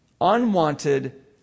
unwanted